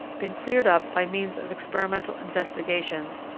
been cleared up by means of experimental investigations,